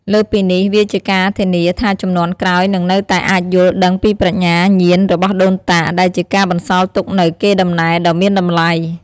លើសពីនេះ វាជាការធានាថាជំនាន់ក្រោយនឹងនៅតែអាចយល់ដឹងពីប្រាជ្ញាញាណរបស់ដូនតា ដែលជាការបន្សល់ទុកនូវកេរដំណែលដ៏មានតម្លៃ។